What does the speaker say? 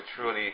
truly